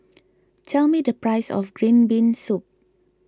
tell me the price of Green Bean Soup